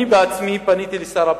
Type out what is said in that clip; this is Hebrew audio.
אני בעצמי פניתי אל שר הפנים,